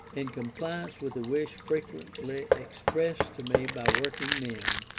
in compliance with a wish frequently expressed to me by working men,